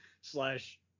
slash